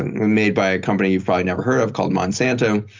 made by a company you've probably never heard of called monsanto,